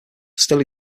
still